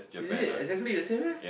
is it exactly the same meh